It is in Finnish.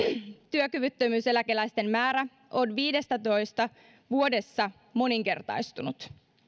työkyvyttömyyseläkeläisten määrä on viidessätoista vuodessa moninkertaistunut